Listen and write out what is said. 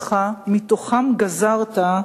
ערכיך שמתוכם גזרת,